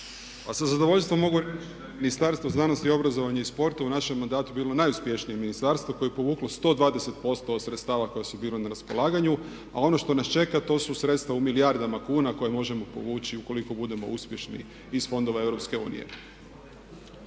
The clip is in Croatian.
Sa zadovoljstvom mogu za Ministarstvo znanosti, obrazovanja i sporta, u našem mandatu je bilo najuspješnije ministarstvo koje je povuklo 120% sredstava koja su bila na raspolaganju. A ono što nas čeka to su sredstva u milijardama kuna koje možemo povući ukoliko budemo uspješni iz fondova EU.